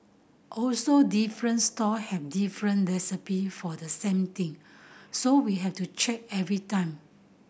also different stall have different recipe for the same thing so we have to check every time